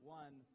one